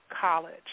College